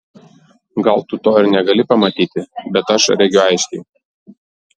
gal tu to ir negali pamatyti bet aš regiu aiškiai